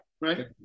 right